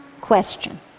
question